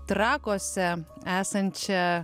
trakuose esančia